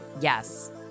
Yes